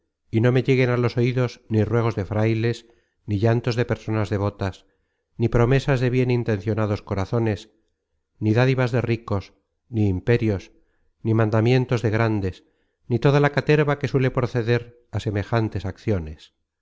y no me lleguen a los oidos ni ruegos de frailes ni llantos de personas devotas ni promesas de bien intencionados corazones ni dádivas de ricos ni imperios ni mandamientos de grandes ni toda la caterva que suele proceder á semejantes acciones